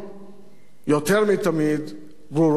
יותר מתמיד, ברורות האלטרנטיבות.